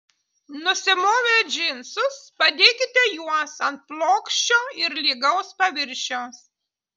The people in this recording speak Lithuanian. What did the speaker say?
nusimovę džinsus padėkite juos ant plokščio ir lygaus paviršiaus